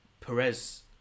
Perez